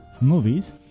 movies